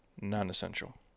non-essential